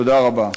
תודה רבה.